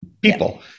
people